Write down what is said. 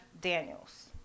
daniels